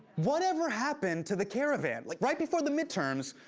whatever happened to the caravan? like, right before the midterms,